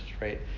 right